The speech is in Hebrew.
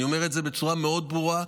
אני אומר את זה בצורה מאוד ברורה,